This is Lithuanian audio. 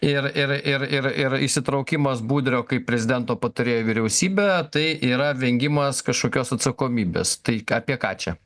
ir ir ir ir ir įsitraukimas budrio kaip prezidento patarėjo į vyriausybę tai yra vengimas kažkokios atsakomybės tai apie ką čia